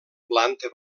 planta